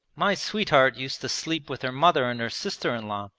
my sweetheart used to sleep with her mother and her sister-in-law,